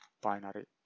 binary